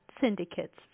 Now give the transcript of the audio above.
syndicates